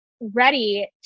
ready